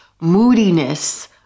moodiness